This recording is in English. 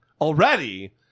already